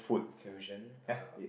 fusion ah